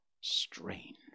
strange